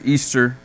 Easter